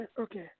Okay